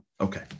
Okay